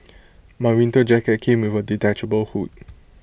my winter jacket came with A detachable hood